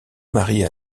marie